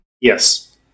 Yes